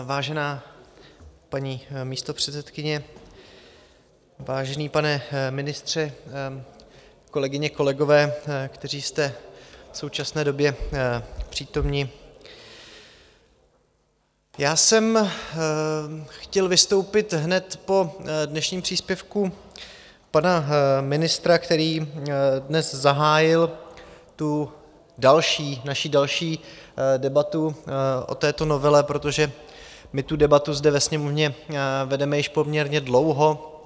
Vážená paní místopředsedkyně, vážený pane ministře, kolegyně, kolegové, kteří jste v současné době přítomni, já jsem chtěl vystoupit hned po dnešním příspěvku pana ministra, který dnes zahájil naši další debatu o této novele, protože my tu debatu zde ve Sněmovně vedeme již poměrně dlouho.